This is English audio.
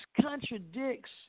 contradicts